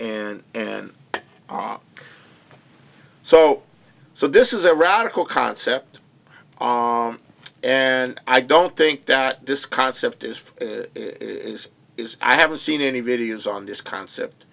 and and so so this is a radical concept and i don't think that this concept is this is i haven't seen any videos on this concept